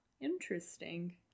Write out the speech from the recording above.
Interesting